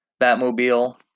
Batmobile